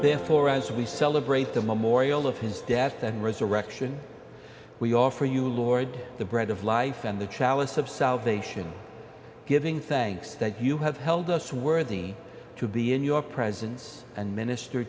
therefore as we celebrate the memorial of his death and resurrection we offer you lord the bread of life and the chalice of salvation giving thanks that you have held us worthy to be in your presence and minister